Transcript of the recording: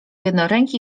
jednoręki